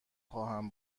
خواهم